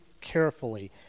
carefully